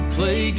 play